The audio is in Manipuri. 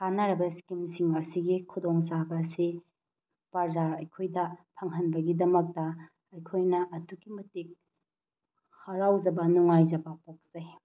ꯀꯥꯟꯅꯔꯕ ꯏꯁꯀꯤꯝꯁꯤꯡ ꯑꯁꯤꯒꯤ ꯈꯨꯗꯣꯡ ꯆꯥꯕ ꯑꯁꯤ ꯄ꯭ꯔꯖꯥ ꯑꯩꯈꯣꯏꯗ ꯐꯪꯍꯟꯕꯒꯤꯗꯃꯛꯇ ꯑꯩꯈꯣꯏꯅ ꯑꯗꯨꯛꯀꯤ ꯃꯇꯤꯛ ꯍꯔꯥꯎꯖꯕ ꯅꯨꯡꯉꯥꯏꯖꯕ ꯄꯣꯛꯆꯩ